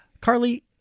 Carly